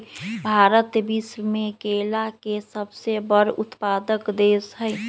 भारत विश्व में केला के सबसे बड़ उत्पादक देश हई